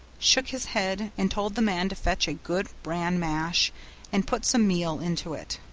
shook his head, and told the man to fetch a good bran mash and put some meal into it.